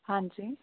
ਹਾਂਜੀ